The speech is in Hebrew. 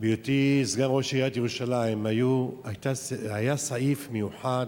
בהיותי סגן ראש עיריית ירושלים היה סעיף מיוחד